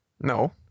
No